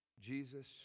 Jesus